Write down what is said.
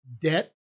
debt